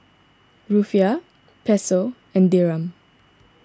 Rufiyaa Peso and Dirham